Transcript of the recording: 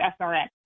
SRS